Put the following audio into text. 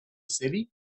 city